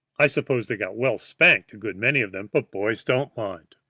i suppose they got well spanked, a good many of them, but boys don't mind.